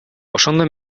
ошондо